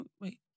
Wait